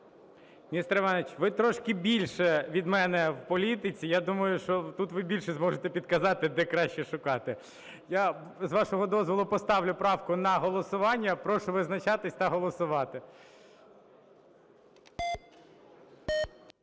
Нестор Іванович, ви трошки більше від мене в політиці. Я думаю, що тут ви більше зможете підказати, де краще шукати. Я, з вашого дозволу, поставлю правку на голосування. Прошу визначатися та голосувати.